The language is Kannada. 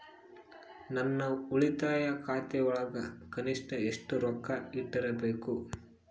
ನನ್ನ ಉಳಿತಾಯ ಖಾತೆಯೊಳಗ ಕನಿಷ್ಟ ಎಷ್ಟು ರೊಕ್ಕ ಇಟ್ಟಿರಬೇಕು?